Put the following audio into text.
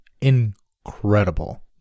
incredible